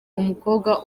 umukobwa